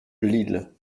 lille